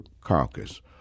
caucus